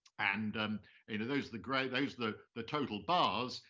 and um you know those, the gray, those the the total bars,